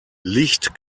licht